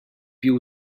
più